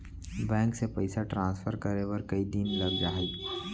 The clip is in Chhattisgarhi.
बैंक से पइसा ट्रांसफर करे बर कई दिन लग जाही?